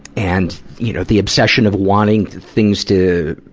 and, you know, the obsession of wanting things to,